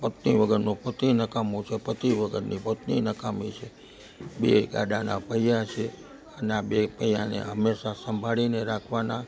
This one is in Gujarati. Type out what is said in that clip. પત્ની વગરનો પતિ નકામો છે પતિ વગરની પત્ની નકામી છે બેય ગાડાના પૈડા છે અને આ બેય પૈડાને હંમેશા સંભાળીને રાખવાના